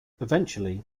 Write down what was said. eventually